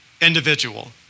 individual